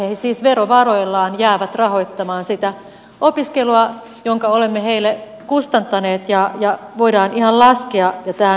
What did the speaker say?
he siis verovaroillaan jäävät rahoittamaan sitä opiskelua jonka olemme heille kustantaneet